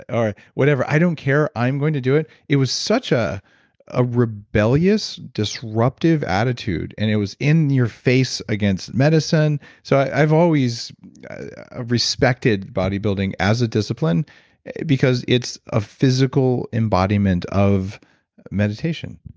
or whatever. i don't care. i'm going to do it. it was such ah a rebellious disruptive attitude. and it was in your face against medicine. so i've always respected bodybuilding as a discipline because it's a physical embodiment of meditation.